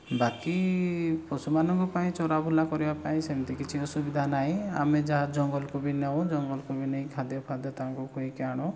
ବାକି ପଶୁମାନଙ୍କ ପାଇଁ ଚରା ବୁଲା କରିବା ପାଇଁ ସେମିତି କିଛି ଅସୁବିଧା ନାହିଁ ଆମେ ଯାହା ଜଙ୍ଗଲକୁ ବି ନେଉ ଜଙ୍ଗଲକୁ ବି ନେଇକି ଖାଦ୍ୟ ଫାଦ୍ୟ ତାଙ୍କୁ ଖୁଆଇକି ଆଣୁ